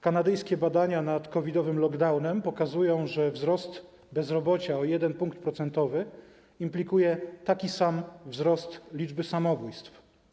Kanadyjskie badania nad COVID-owym lockdownem pokazują, że wzrost bezrobocia o 1 punkt procentowy implikuje taki sam wzrost liczby samobójstw.